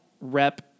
rep